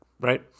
right